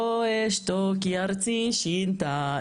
לא אשתוק כי ארצי שינתה,